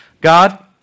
God